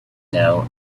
now